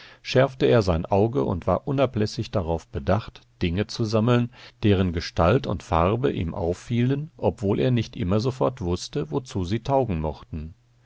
schärfte er sein auge und war unablässig darauf bedacht dinge zu sammeln deren gestalt und farbe ihm auffielen obwohl er nicht immer sofort wußte wozu sie taugen mochten